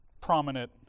prominent